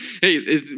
Hey